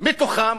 מתוכם